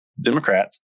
Democrats